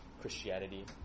Christianity